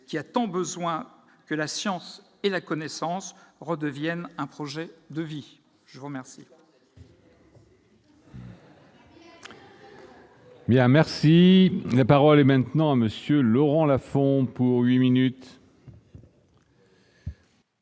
qui a tant besoin que la science et la connaissance redeviennent un projet de vie. Vous aviez